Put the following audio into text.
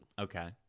Okay